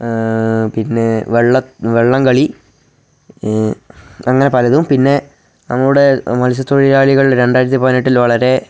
പിന്നെ വള്ളംകളി അങ്ങനെ പലതും പിന്നെ നമ്മുടെ മത്സ്യ തൊഴിലാളികൾ രണ്ടായിരത്തി പതിനെട്ടിൽ വളരെ